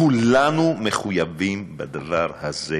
כולנו מחויבים לדבר הזה,